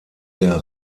der